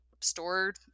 stored